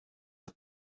the